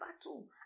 battle